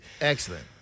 Excellent